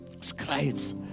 scribes